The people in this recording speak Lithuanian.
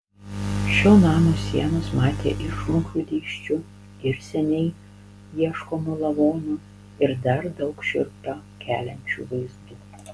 šio namo sienos matė ir žmogžudysčių ir seniai ieškomų lavonų ir dar daug šiurpą keliančių vaizdų